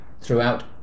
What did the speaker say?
throughout